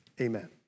Amen